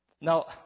Now